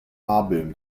album